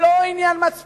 פה זה לא עניין מצפוני.